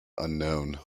unknown